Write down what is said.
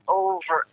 over